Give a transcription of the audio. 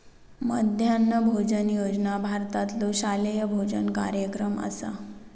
मध्यान्ह भोजन योजना भारतातलो शालेय भोजन कार्यक्रम असा